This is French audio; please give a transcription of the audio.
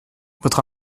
votre